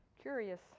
Curious